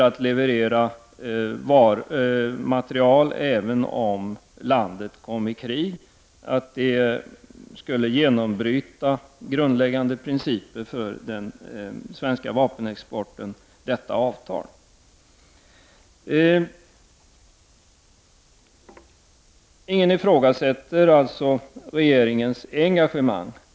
Att leverera material även om landet kom i krig skulle bryta grundläggande principer för den svenska vapenexporten. Ingen ifrågasätter alltså regeringens engagemang.